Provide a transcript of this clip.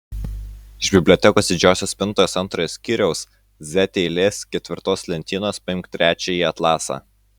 iš bibliotekos didžiosios spintos antrojo skyriaus z eilės ketvirtos lentynos paimk trečiąjį atlasą